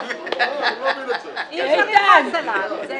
אי אפשר לכעוס עליו.